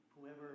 Whoever